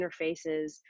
interfaces